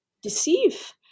Deceive